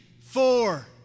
four